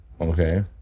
Okay